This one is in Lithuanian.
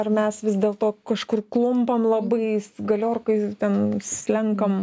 ar mes vis dėl to kažkur klumpam labai galiorkoj ten slenkam